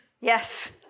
Yes